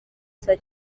saa